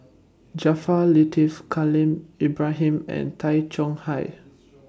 Jaafar Latiff Khalil Ibrahim and Tay Chong Hai